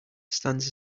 stands